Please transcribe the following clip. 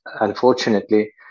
unfortunately